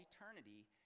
eternity